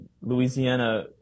Louisiana